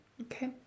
okay